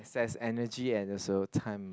excess energy and also time